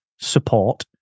support